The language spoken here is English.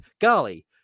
golly